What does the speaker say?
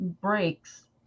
breaks